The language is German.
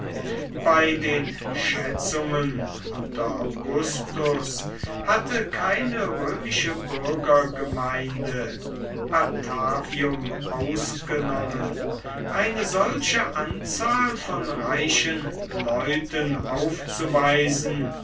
bei den schätzungen unter augustus hatte keine römische bürgergemeinde patavium ausgenommen eine solche anzahl von reichen leuten aufzuweisen